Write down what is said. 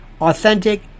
Authentic